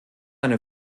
eine